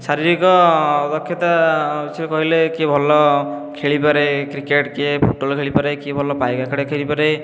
ଶାରୀରିକ ଦକ୍ଷତା ସେ କହିଲେ କିଏ ଭଲ ଖେଳିପାରେ କ୍ରିକେଟ କିଏ ଫୁଟବଲ ଖେଳିପାରେ କିଏ ଭଲ ପାଇକ ଆଖେଡ଼ା ଖେଳିପାରେ